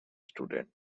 student